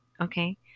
Okay